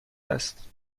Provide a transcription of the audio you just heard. است